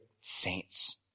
saints